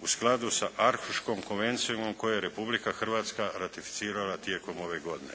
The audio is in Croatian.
u skladu sa konvencijom koju je Republika Hrvatska ratificirala tijekom ove godine.